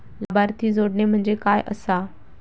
लाभार्थी जोडणे म्हणजे काय आसा?